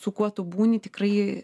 su kuo tu būni tikrai